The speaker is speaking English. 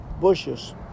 bushes